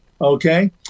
okay